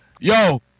Yo